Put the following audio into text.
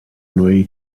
neu